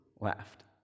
laughed